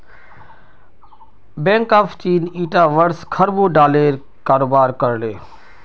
bank of चीन ईटा वर्ष खरबों डॉलरेर कारोबार कर ले